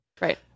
Right